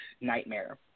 nightmare